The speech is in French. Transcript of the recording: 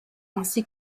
ainsi